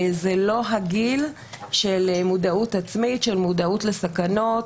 זה לא הגיל של מודעות עצמית, של מודעות לסכנות,